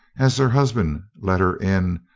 as her husband led her in,